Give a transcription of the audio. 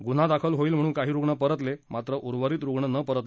गुन्हा दाखल होईल म्हणून काही रुग्ण परतले मात्र उर्वरीत रुग्ण परतले